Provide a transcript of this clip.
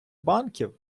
банків